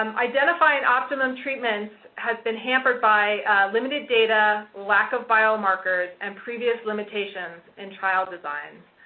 um identifying optimum treatment has been hampered by limited data, lack of bio-markers, and previous limitations in trial designs.